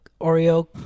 Oreo